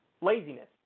laziness